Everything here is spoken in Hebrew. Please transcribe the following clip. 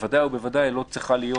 בוודאי ובוודאי לא צריכה להיות